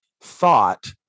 thought